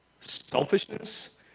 selfishness